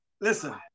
listen